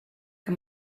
que